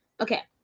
Okay